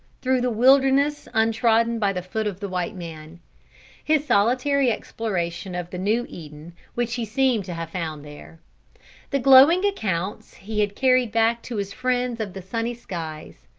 through the wilderness untrodden by the foot of the white man his solitary exploration of the new eden which he seemed to have found there the glowing accounts he had carried back to his friends of the sunny skies,